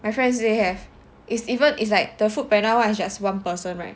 my friends say have is even is like the Foodpanda is just one person right